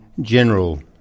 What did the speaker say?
general